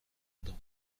dans